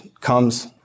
comes